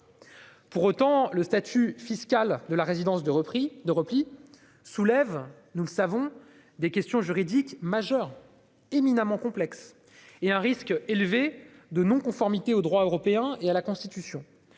Pour autant, le statut fiscal de la résidence de repli soulève des questions juridiques majeures éminemment complexes et un risque élevé de non-conformité au droit européen et à la Constitution.